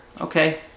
Okay